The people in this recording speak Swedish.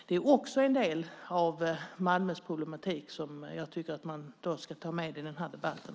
Det är också en del av Malmös problematik, som jag tycker att man ska ta med i den här debatten.